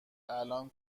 الان